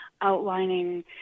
outlining